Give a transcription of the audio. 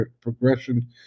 progression